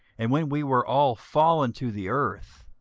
and when we were all fallen to the earth,